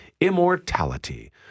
Immortality